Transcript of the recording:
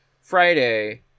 Friday